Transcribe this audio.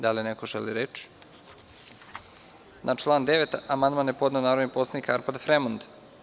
Da li neko želi reč? (Ne.) Na član 9. amandman je podneo narodni poslanik Arpad Fremond.